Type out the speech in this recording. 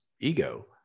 ego